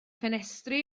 ffenestri